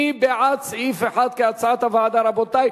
מי בעד סעיף 1 כהצעת הוועדה, רבותי?